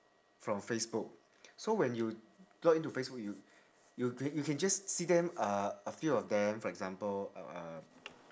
from facebook so when you log in to facebook you you can just see them uh a few of them for example uh